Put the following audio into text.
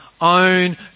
own